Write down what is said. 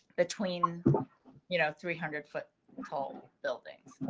between you know three hundred foot tall buildings.